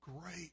Great